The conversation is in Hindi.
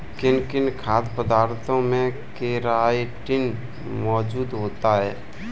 किन किन खाद्य पदार्थों में केराटिन मोजूद होता है?